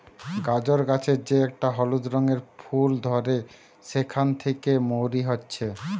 গাজর গাছের যে একটা হলুদ রঙের ফুল ধরে সেখান থিকে মৌরি হচ্ছে